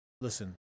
Listen